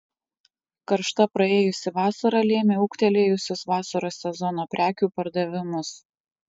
karšta praėjusi vasara lėmė ūgtelėjusius vasaros sezono prekių pardavimus